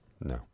No